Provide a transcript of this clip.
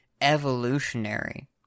evolutionary